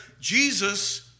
Jesus